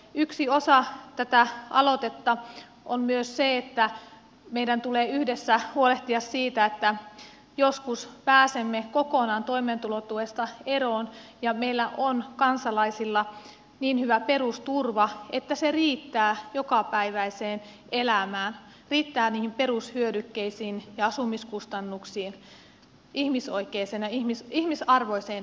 yksi osa tätä aloitetta on myös se että meidän tulee yhdessä huolehtia siitä että joskus pääsemme kokonaan toimeentulotuesta eroon ja meillä on kansalaisilla niin hyvä perusturva että se riittää jokapäiväiseen elämään riittää niihin perushyödykkeisiin ja asumiskustannuksiin ihmisarvoiseen elämään